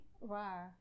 Wow